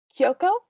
Kyoko